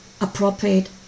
appropriate